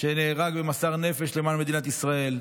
שנהרג ומסר נפש למען מדינת ישראל,